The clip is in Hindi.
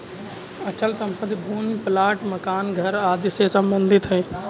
अचल संपत्ति भूमि प्लाट मकान घर आदि से सम्बंधित है